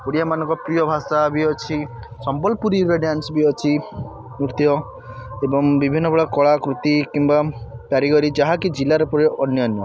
ଓଡିଆମାନଙ୍କ ପ୍ରିୟ ଭାଷା ବି ଅଛି ସମ୍ବଲପୁରୀର ଡ୍ୟାନ୍ସ ବି ଅଛି ନୃତ୍ୟ ଏବଂ ବିଭିନ୍ନ ପ୍ରକାର କଳାକୃତି କିମ୍ବା କାରିଗରୀ ଯାହାକି ଜିଲ୍ଲାରେ ପୂରା ଅନ୍ୟାନ୍ୟ